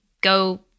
go